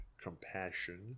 compassion